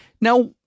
Now